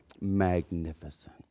magnificent